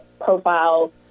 profile